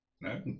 No